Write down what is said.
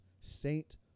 Saint